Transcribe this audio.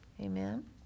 Amen